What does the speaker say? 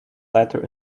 tighter